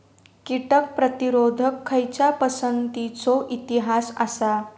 कीटक प्रतिरोधक खयच्या पसंतीचो इतिहास आसा?